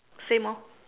same orh